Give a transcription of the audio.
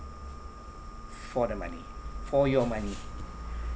for the money for your money